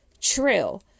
true